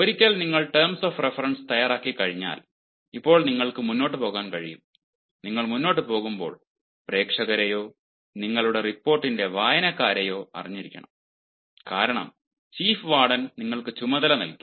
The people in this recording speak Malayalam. ഒരിക്കൽ നിങ്ങൾ ടേംസ് ഓഫ് റഫറൻസ്സ് തയ്യാറായിക്കഴിഞ്ഞാൽ ഇപ്പോൾ നിങ്ങൾക്ക് മുന്നോട്ട് പോകാൻ കഴിയും നിങ്ങൾ മുന്നോട്ട് പോകുമ്പോൾ പ്രേക്ഷകരെയോ നിങ്ങളുടെ റിപ്പോർട്ടിന്റെ വായനക്കാരെയോ അറിഞ്ഞിരിക്കണം കാരണം ചീഫ് വാർഡൻ നിങ്ങൾക്ക് ചുമതല നൽകി